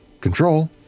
Control